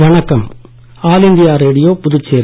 வணக்கம் All India Radio Puducherry